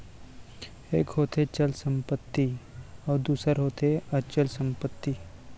एक होथे चल संपत्ति अउ दूसर होथे अचल संपत्ति